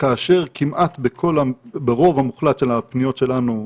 כאשר כמעט ברוב המוחלט של הפניות שלנו,